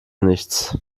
nichts